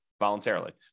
voluntarily